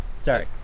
sorry